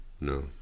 No